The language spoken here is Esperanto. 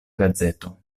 gazeto